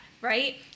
Right